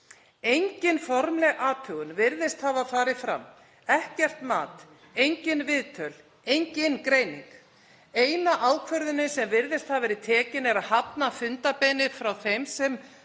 Engin formleg athugun virðist hafa farið fram, ekkert mat, engin viðtöl, engin greining. Eina ákvörðunin sem virðist hafa verið tekin er að hafna fundarbeiðni frá þeim sem